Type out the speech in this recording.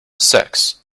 sex